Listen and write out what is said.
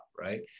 right